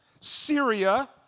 Syria